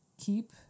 keep